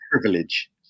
privilege